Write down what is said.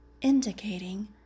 indicating